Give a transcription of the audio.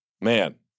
man